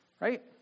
Right